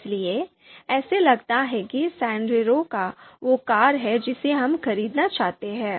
इसलिए ऐसा लगता है कि सैंडेरो वह कार है जिसे हम खरीदना चाहते हैं